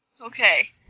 Okay